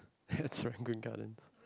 hatchling green garden